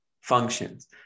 functions